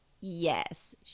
yes